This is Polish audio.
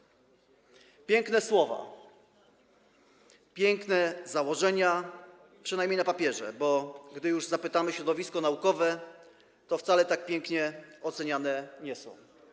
Piękne słowa, piękne założenia, przynajmniej na papierze, bo gdy już zapytamy środowisko naukowe, to wcale tak pięknie oceniane one nie są.